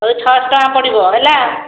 ଛଅଶହ ଟଙ୍କା ପଡ଼ିବ ହେଲା